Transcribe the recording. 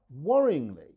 worryingly